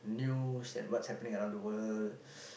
news and what's happening around the world